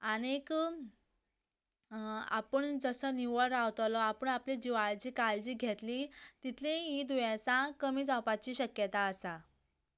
आनी आपूण जसो निवळ रावतलो आपूण आपली जिवाची काळजी घेतली तितलीं हीं दुयेंसां कमी जावपाची शक्यताय आसा